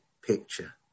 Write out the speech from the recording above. picture